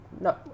No